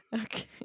Okay